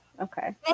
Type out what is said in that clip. Okay